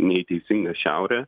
ne į teisingą šiaurę